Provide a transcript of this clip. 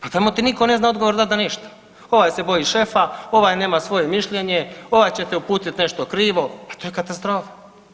Pa tamo ti niko ne zna odgovor dat na ništa, ovaj se boji šefa, ovaj nema svoje mišljenje, ovaj će te uputiti nešto krivo, pa to je katastrofa.